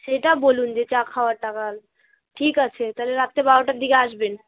সেটা বলুন যে চা খাওয়ার টাকা ঠিক আছে তাহলে রাত্রে বারোটার দিকে আসবেন